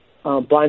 Blind